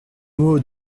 mots